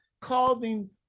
causing